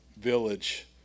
village